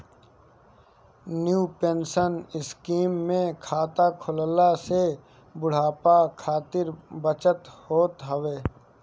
new pension scheme में खाता खोलला से बुढ़ापा खातिर बचत होत हवे